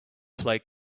played